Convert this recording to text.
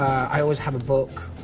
i always have a book.